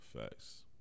Facts